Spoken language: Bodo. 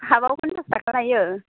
हाफआव फन्सास थाखा लायो